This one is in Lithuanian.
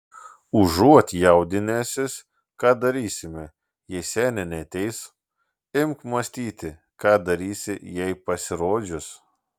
užuot jaudinęsis ką darysime jei senė neateis imk mąstyti ką darysi jai pasirodžius